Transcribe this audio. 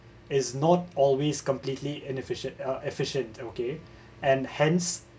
it's not always completely inefficient uh efficient okay and hence